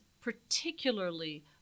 particularly